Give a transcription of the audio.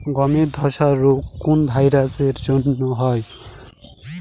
গমের ধসা রোগ কোন ভাইরাস এর জন্য হয়?